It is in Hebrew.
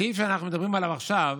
הסעיף שאנחנו מדברים עליו עכשיו